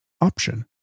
option